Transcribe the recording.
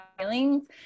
feelings